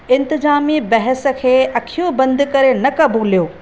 इन्तिज़ामी बहस खे अखियूं बंदि करे न क़बूलियो